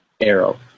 Arrow